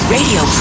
Radio